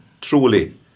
truly